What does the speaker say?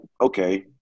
okay